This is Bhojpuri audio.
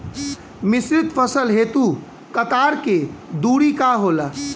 मिश्रित फसल हेतु कतार के दूरी का होला?